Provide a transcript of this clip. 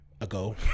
ago